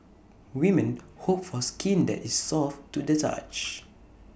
women hope for skin that is soft to the touch